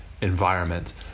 environment